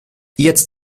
jetzt